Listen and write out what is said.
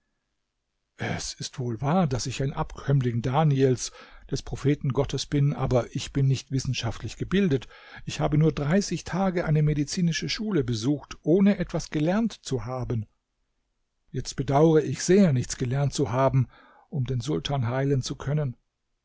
es ist wohl wahr daß ich ein abkömmling daniels des propheten gottes bin aber ich bin nicht wissenschaftlich gebildet ich habe nur dreißig tage eine medizinische schule besucht ohne etwas gelernt zu haben jetzt bedaure ich sehr nichts gelernt zu haben um den sultan heilen zu können